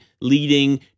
leading